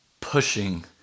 pushing